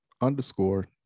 underscore